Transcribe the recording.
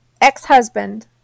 ex-husband